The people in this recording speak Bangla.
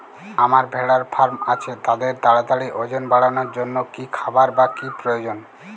আমার ভেড়ার ফার্ম আছে তাদের তাড়াতাড়ি ওজন বাড়ানোর জন্য কী খাবার বা কী প্রয়োজন?